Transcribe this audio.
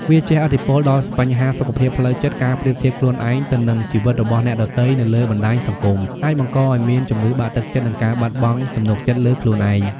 វាជះឥទ្ធិពលដល់បញ្ហាសុខភាពផ្លូវចិត្ត ការប្រៀបធៀបខ្លួនឯងទៅនឹង ជីវិតរបស់អ្នកដទៃនៅលើបណ្តាញសង្គម អាចបង្កឲ្យមានជំងឺបាក់ទឹកចិត្ត និងការបាត់បង់ទំនុកចិត្តលើខ្លួនឯង។